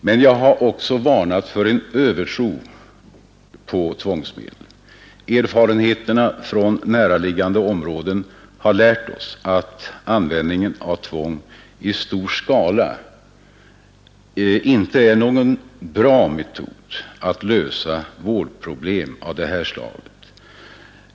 Men jag vill också varna för en övertro på tvångsmedel. Erfarenheterna från näraliggande områden har lärt oss att användning av tvång i stor skala inte är någon bra metod när det gäller att lösa vårdproblem av det här slaget.